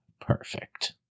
perfect